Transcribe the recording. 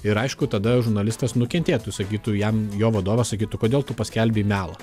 ir aišku tada žurnalistas nukentėtų sakytų jam jo vadovas sakytų kodėl tu paskelbei melą